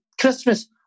Christmas